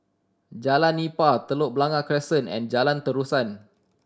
Jalan Nipah Telok Blangah Crescent and Jalan Terusan